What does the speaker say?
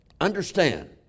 understand